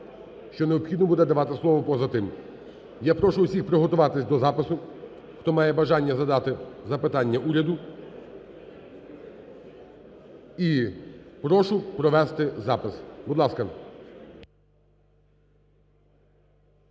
що необхідно буде давати слово поза тим. Я прошу всіх приготуватися до запису, хто має бажання задати запитання Уряду. І прошу провести запис. Будь ласка.